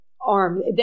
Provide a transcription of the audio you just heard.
arm